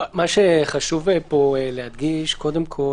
מאז שדיברנו בוועדה נעשה מהלך מאוד ממוקד